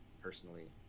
personally